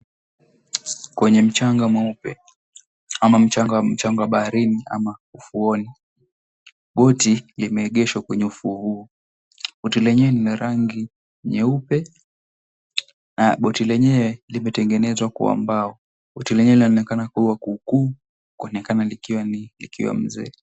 Kwenye mchanga mweupe ama mchanga wa baharini ama ufuoni, boti limeegeshwa kwenye ufuo huo. Boti lenyewe lina rangi nyeupe na boti lenyewe limetengenezwa kwa mbao, boti lenyewe linaonekana kuwa kuukuu kuonekana likiwa mzee.